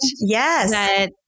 yes